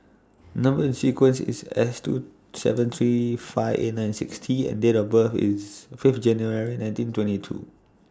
Number sequence IS S two seven three five eight nine six T and Date of birth IS Fifth January nineteen twenty two